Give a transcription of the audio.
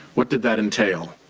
what did that entail?